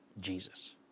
Jesus